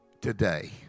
today